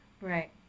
Right